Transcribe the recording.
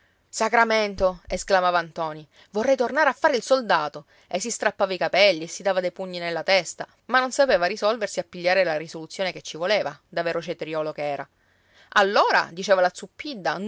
sacramento esclamava ntoni vorrei tornare a fare il soldato e si strappava i capelli e si dava dei pugni nella testa ma non sapeva risolversi a pigliare la risoluzione che ci voleva da vero cetriolo che era allora diceva la